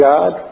God